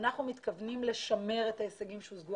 אנחנו מתכוונים לשמר את ההישגים שהושגו